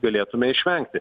galėtume išvengti